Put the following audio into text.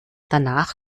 danach